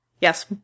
Yes